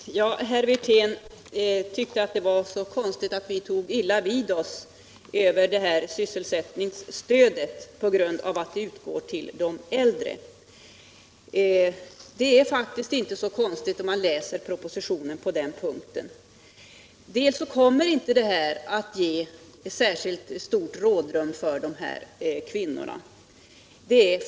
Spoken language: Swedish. Herr talman! Herr Wirtén tyckte att det var konstigt att vi tog illa vid oss för att sysselsättningsstödet skulle komma att utgå till de äldre. Men det är faktiskt inte så konstigt, om man läser propositionen på den här punkten. Stödet kommer inte att ge något särskilt stort rådrum för de kvinnor det gäller.